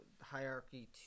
hierarchy